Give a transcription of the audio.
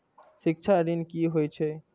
शिक्षा ऋण की होय छै?